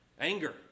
anger